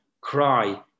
cry